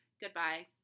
goodbye